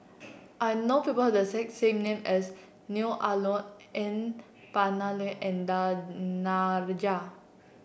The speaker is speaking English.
I know people have the exact same name as Neo Ah Luan N Palanivelu and Danaraj